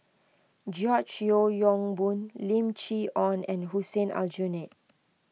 George Yeo Yong Boon Lim Chee Onn and Hussein Aljunied